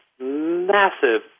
massive